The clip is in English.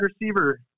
receiver